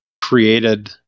created